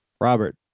robert